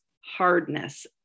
hardness